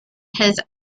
his